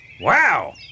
Wow